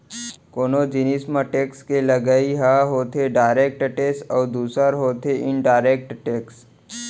कोनो जिनिस म टेक्स के लगई ह होथे डायरेक्ट टेक्स अउ दूसर होथे इनडायरेक्ट टेक्स